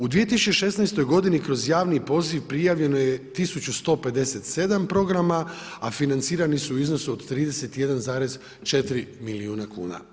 U 2016. godini kroz javni poziv prijavljeno je 1157 programa, a financirani su u iznosu od 31,4 milijuna kuna.